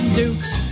duke's